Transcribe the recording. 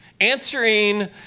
answering